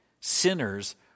Sinners